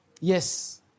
Yes